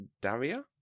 Daria